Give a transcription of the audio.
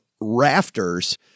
rafters